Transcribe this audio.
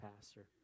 pastor